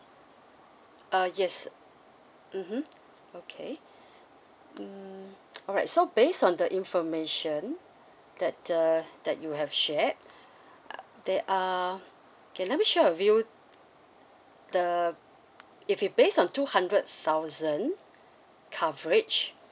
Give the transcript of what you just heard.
uh yes mmhmm okay mm alright so based on the information that uh that you have shared a they are okay let me share a view the if you based on two hundred thousand coverage